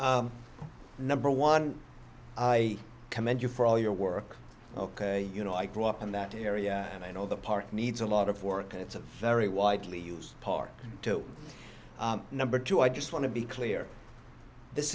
do number one i commend you for all your work ok you know i grew up in that area and i know the park needs a lot of work and it's a very widely used park to number two i just want to be clear this